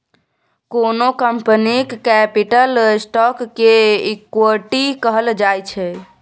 कोनो कंपनीक capital stock केँ इक्विटी कहल जाइ छै